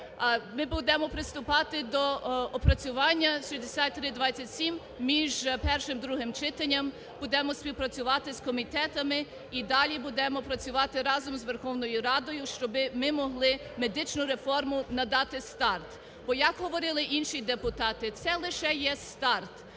Ми будемо приступати до опрацювання 6327 між першим і другим читанням, будемо співпрацювати з комітетами і далі будемо працювати разом з Верховною Радою, щоб ми могли медичній реформі надати старт. Бо як говорили інші депутати, це лише є старт,